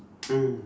mm